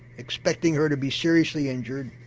expecting her to be seriously injured,